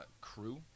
crew